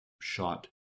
shot